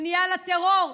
כניעה לטרור,